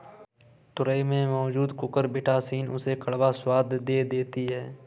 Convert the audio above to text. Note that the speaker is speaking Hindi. तोरई में मौजूद कुकुरबिटॉसिन उसे कड़वा स्वाद दे देती है